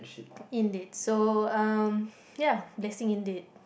indeed so uh ya blessing indeed